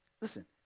Listen